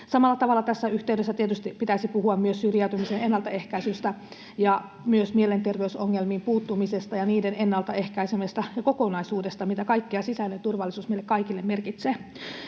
Samalla tavalla tässä yhteydessä tietysti pitäisi puhua myös syrjäytymisen ennaltaehkäisystä ja myös mielenterveysongelmiin puuttumisesta ja niiden ennaltaehkäisemisestä ja siitä kokonaisuudesta, mitä kaikkea sisäinen turvallisuus meille kaikille merkitsee.